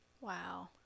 Wow